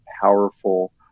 powerful